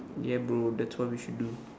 ya bro that's what we should do